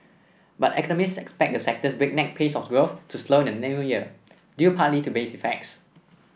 but economists expect the sector's breakneck pace of growth to slow in the New Year due partly to base effects